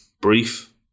brief